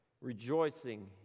rejoicing